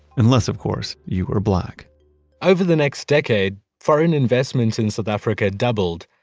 unless of course you were black over the next decade foreign investment in south africa doubled,